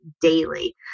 daily